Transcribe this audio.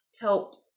helped